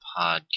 podcast